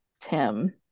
Tim